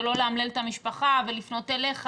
ולא לאמלל את המשפחה ולפנות אליך,